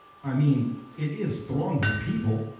i mean it is thronged with people.